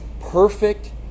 perfect